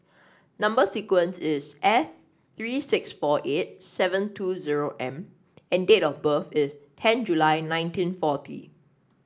number sequence is S three six four eight seven two zero M and date of birth is ten July nineteen forty